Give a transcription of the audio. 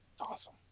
Awesome